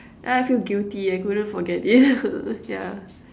then I feel guilty I couldn't forget it yeah